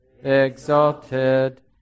exalted